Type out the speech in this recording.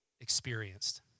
experienced